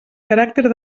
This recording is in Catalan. caràcter